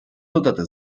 додати